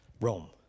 Rome